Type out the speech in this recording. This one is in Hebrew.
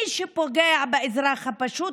מי שפוגע באזרח הפשוט,